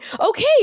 okay